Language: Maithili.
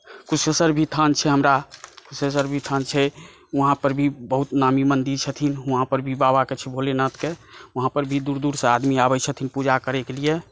कुशेश्वर भी स्थान छै हमरा कुशेश्वर भी स्थान छै वहाँ पर भी बहुत नामी मन्दिर छथिन उहा पर भी बाबाकेँ बाबा भोले नाथकेँ वहाँ पर भी दूर दूरसँ आदमी आबै छथिन पूजा करैकेँ लिए